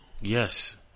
Yes